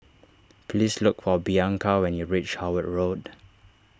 please look for Bianca when you reach Howard Road